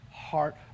heart